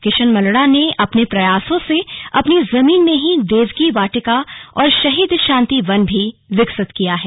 किशन मलड़ा ने अपने प्रयासों से अपनी जमीन में ही देवकी वाटिका और शहीद शांति वन भी विकसित किया है